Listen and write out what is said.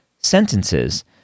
sentences